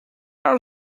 are